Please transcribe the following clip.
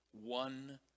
One